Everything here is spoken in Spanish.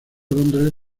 londres